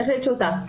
החליט שהוא טס,